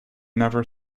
never